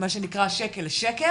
מה שנקרא שקל לשקל